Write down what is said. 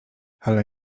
ale